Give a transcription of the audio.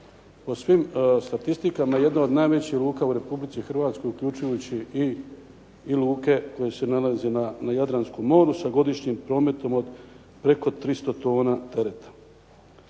po svim statistikama je jedna od najvećih luka u Republici Hrvatskoj uključujući i luke koje se nalaze na Jadranskom moru sa godišnjim prometom od preko 300 tona tereta.